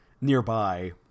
nearby